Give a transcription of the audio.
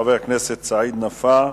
חבר הכנסת סעיד נפאע.